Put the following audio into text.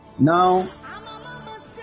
Now